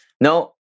No